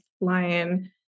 Lion